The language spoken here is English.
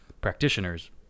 practitioners